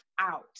out